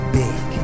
big